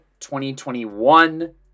2021